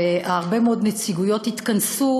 והרבה מאוד נציגויות התכנסו,